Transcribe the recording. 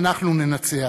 אנחנו ננצח,